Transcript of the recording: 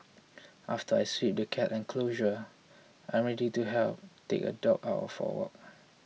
after I sweep the cat enclosure I am ready to help take a dog out for a walk